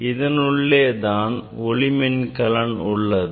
இதனுள்ளே தான் ஒளிமின்கலன் உள்ளது